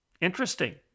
Interesting